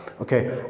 Okay